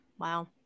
Wow